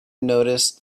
noticed